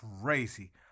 crazy